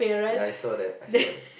ya I saw that I saw that